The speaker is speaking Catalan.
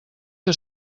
que